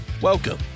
Welcome